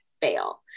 fail